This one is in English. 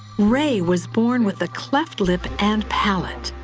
ray was born with a cleft lip and palate.